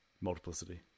Multiplicity